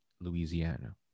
Louisiana